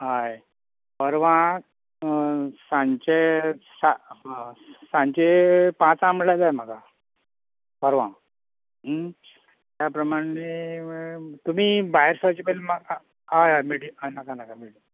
हय परवां सांजचे सा सांजचे पांचांक म्हळ्यार जाय म्हाका परवां त्या प्रमाणे तुमी भायर सरचे पयलीं म्हाका हय हय मिडियम नाका नाका मिडियम